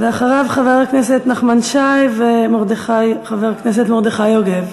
ואחריו, חבר הכנסת נחמן שי וחבר הכנסת מרדכי יוגב.